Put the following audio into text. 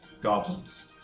goblins